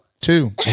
Two